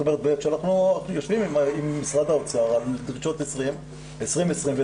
אנחנו יושבים עם משרד האוצר על דרישות 2020 ו-2021.